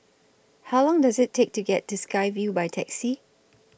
How Long Does IT Take to get to Sky Vue By Taxi